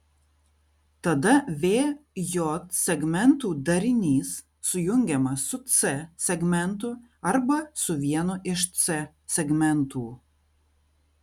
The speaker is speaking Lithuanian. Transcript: tada v j segmentų darinys sujungiamas su c segmentu arba su vienu iš c segmentų